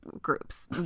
groups